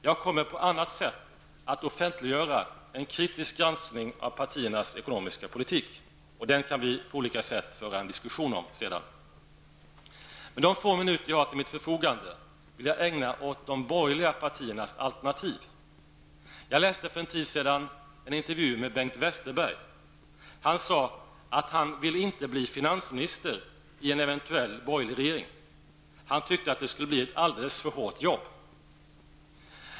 Jag kommer på annat sätt att offentliggöra en kritisk granskning av partiernas ekonomiska politik. Den kan vi föra en diskussion om på olika sätt sedan. De få minuter jag har till mitt förfogande vill jag ägna åt de borgerliga partiernas alternativ. Jag läste för en tid sedan en intervju med Bengt Westerberg. Han sade att han inte vill bli finansminister i en eventuell borgerlig regering. Han tyckte att det skulle vara ett alldeles för hårt jobb.